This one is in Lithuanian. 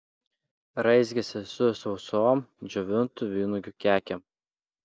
raizgėsi su sausom džiovintų vynuogių kekėm